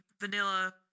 vanilla